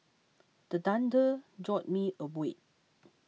the thunder jolt me awake